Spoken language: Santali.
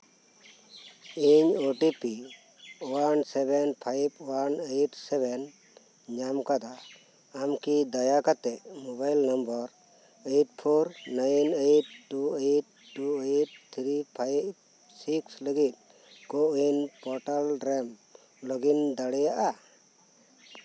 ᱤᱧ O T P one seven five one eight seven ᱧᱟᱢ ᱠᱟᱫᱟ ᱟᱢ ᱠᱚ ᱫᱟᱭᱟ ᱠᱟᱛᱮᱜ mobile number eight four nine eight two eight two eight three five six ᱞᱟᱹᱜᱤᱫ ᱠᱳ ᱩᱭᱤᱱ ᱯᱚᱨᱴᱟᱞ ᱨᱮᱢ ᱞᱚᱜ ᱤᱱ ᱫᱟᱲᱮᱭᱟᱜᱼᱟ